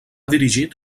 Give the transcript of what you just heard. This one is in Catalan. dirigit